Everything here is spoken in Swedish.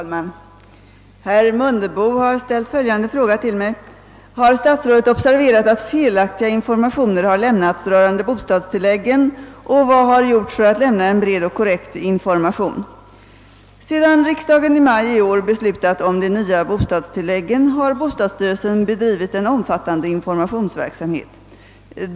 Herr talman! Herr Mundebo har ställt följande fråga till mig: »Har statsrådet observerat att felaktiga informationer har lämnats rörande bostadstilläggen och vad har gjorts för att lämna en bred och korrekt information?» stadsstyrelsen bedrivit en omfattande informationsverksamhet.